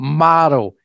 model